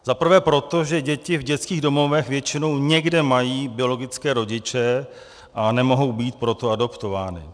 Za prvé proto, že děti v dětských domovech většinou někde mají biologické rodiče, a nemohou být proto adoptovány.